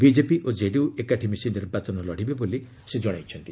BJP ଓ KDU ଏକାଠି ମିଶି ନିର୍ବାଚନ ଲଢ଼ିବେ ବୋଲି ସେ ଜଣାଇଛନ୍ତି